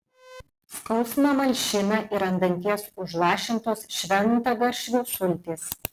skausmą malšina ir ant danties užlašintos šventagaršvių sultys